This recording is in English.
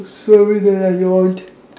sorry that I yawned